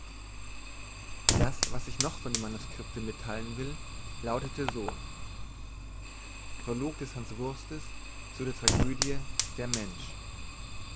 das was ich noch von dem manuscripte mittheilen will lautete so prolog des hanswurstes zu der tragödie der mensch